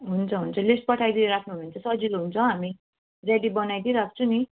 हुन्छ हुन्छ लिस्ट पठाइदिइराख्नु भने चाहिँ सजिलो हुन्छ हामी रेडी बनाइदिई राख्छु नि